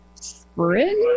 sprint